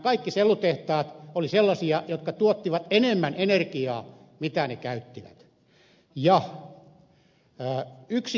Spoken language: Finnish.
kaikki nämä sellutehtaat olivat sellaisia jotka tuottivat enemmän energiaa mitä ne käyttivät